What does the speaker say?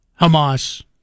Hamas